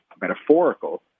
metaphorical